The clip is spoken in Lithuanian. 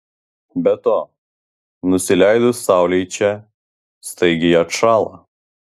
be to nusileidus saulei čia staigiai atšąla